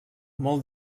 molt